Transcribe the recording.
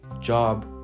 job